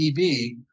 EB